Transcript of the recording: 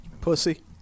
pussy